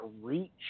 reach